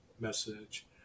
message